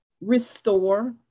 restore